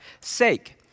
sake